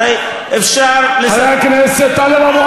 הרי אפשר, חבר הכנסת טלב אבו